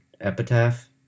epitaph